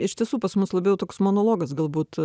iš tiesų pas mus labiau toks monologas galbūt